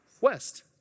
west